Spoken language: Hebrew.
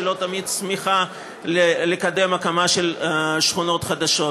שלא תמיד שמחה לקדם הקמה של שכונות חדשות.